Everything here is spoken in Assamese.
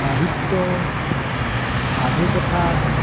সাহিত্য সাধুকথা